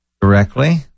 directly